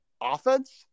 offense